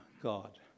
God